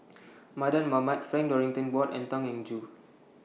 Mardan Mamat Frank Dorrington Ward and Tan Eng Joo